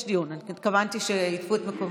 בבקשה.